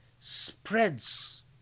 spreads